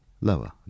lower